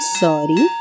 sorry